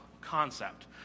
concept